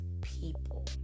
people